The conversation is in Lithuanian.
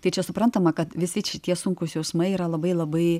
tai čia suprantama kad visi šitie sunkūs jausmai yra labai labai